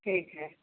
ठीक है